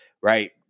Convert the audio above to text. right